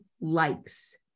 likes